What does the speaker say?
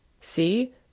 See